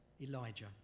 Elijah